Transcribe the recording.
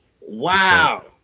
wow